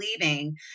leaving